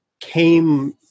came